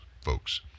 folks